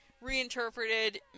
reinterpreted